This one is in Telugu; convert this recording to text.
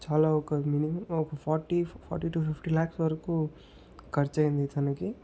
చాలా ఒక మినిమమ్ ఒక forty forty to fifty lakh వరకు ఖర్చయింది తనకి